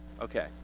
Okay